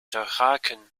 geraken